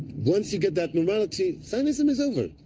once you get that normality, zionism is over.